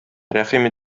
рәхим